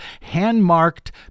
hand-marked